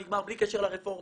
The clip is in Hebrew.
הזמן נגמר בלי קשר לרפורמה.